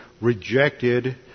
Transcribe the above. rejected